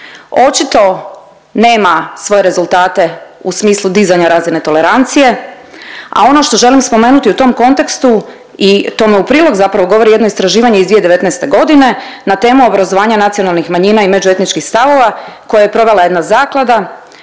očito nema svoje rezultate u smislu dizanja razine tolerancije, a ono što želim spomenuti u tom kontekstu i tome u prilog zapravo govori jedno istraživanje iz 2019. godine na temu obrazovanja nacionalnih manjina i međuetničkih stavova koje je provela jedna zaklada,